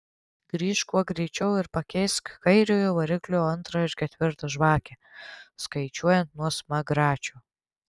grįžk kuo greičiau ir pakeisk kairiojo variklio antrą ir ketvirtą žvakę skaičiuojant nuo smagračio